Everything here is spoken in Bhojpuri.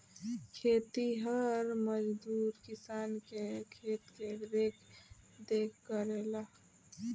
खेतिहर मजदूर किसान के खेत के देखरेख करेला